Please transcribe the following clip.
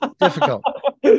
difficult